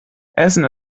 essen